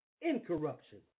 incorruption